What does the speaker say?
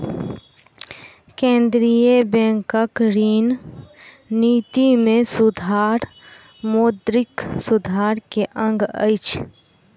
केंद्रीय बैंकक ऋण निति में सुधार मौद्रिक सुधार के अंग अछि